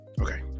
okay